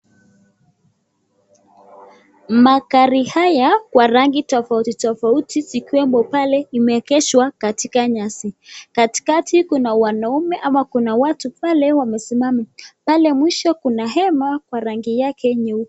Magari haya kwa rangi tofauti tofauti zikiwemo pale imeegeshwa katika nyasi. Katikati kuna wanaume ama kuna watu pale wamesimama. Pale mwisho kuna hema wa rangi yake nyeupe.